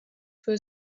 für